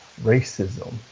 racism